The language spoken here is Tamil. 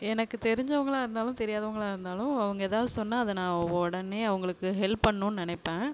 எனக்கு தெரிஞ்சவங்களாக இருந்தாலும் தெரியாதவங்களாக இருந்தாலும் அவங்க எதாவது சொன்னால் அதை நான் உடனே அவங்களுக்கு ஹெல்ப் பண்ணுன்னு நினப்பேன்